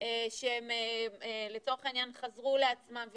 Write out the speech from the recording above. שהם לצורך העניין חזרו לעצמם וכו',